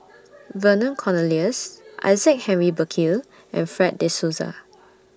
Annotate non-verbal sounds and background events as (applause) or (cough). (noise) Vernon Cornelius Isaac Henry Burkill and Fred De Souza